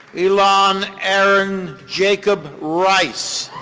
ilan aaron jacob rice.